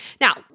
Now